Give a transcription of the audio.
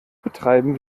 betreiben